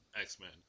X-Men